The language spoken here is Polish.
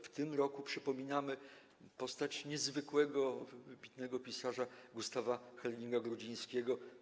W tym roku przypominamy postać niezwykłego, wybitnego pisarza Gustawa Herlinga-Grudzińskiego.